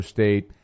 State